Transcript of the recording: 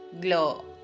glow